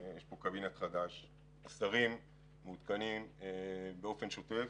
יש קבינט חדש, השרים מעודכנים באופן שוטף,